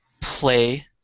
play